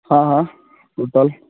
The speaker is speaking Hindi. हाँ हाँ टोटल